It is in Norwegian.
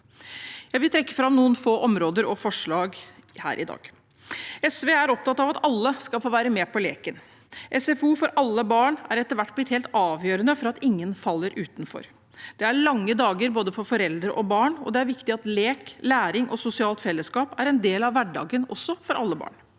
Jeg vil trekke fram noen få områder og forslag her i dag. SV er opptatt av at alle skal få være med på leken. SFO for alle barn er etter hvert blitt helt avgjørende for at ingen faller utenfor. Det er lange dager for både foreldre og barn, og det er viktig at også lek, læring og sosialt fellesskap er en del av hverdagen for alle barn.